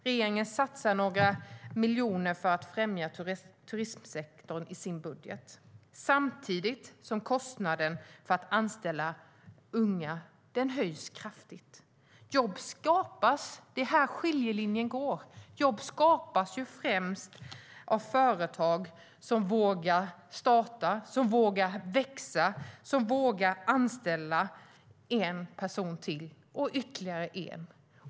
Regeringen satsar några miljoner i sin budget för att främja turistsektorn, samtidigt som kostnaden för att anställa unga höjs kraftigt. Det är här skiljelinjen går. Jobb skapas främst av företag som vågar starta, som vågar växa, som vågar anställa en person till och ytterligare en.